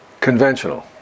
conventional